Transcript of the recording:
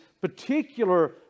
particular